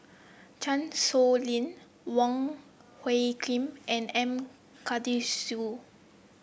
Chan Sow Lin Wong Hung Khim and M Karthigesu